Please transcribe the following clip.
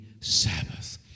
Sabbath